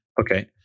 okay